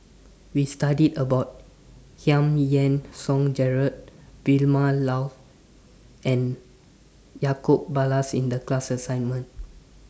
We studied about Giam Yean Song Gerald Vilma Laus and Ballas in The class assignment